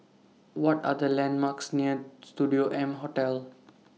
What Are The landmarks near Studio M Hotel